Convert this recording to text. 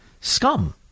scum